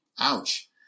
ouch